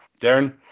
darren